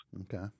Okay